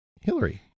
Hillary